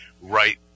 right